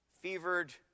fevered